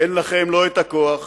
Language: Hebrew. אין לכם לא הכוח,